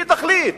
היא תחליט.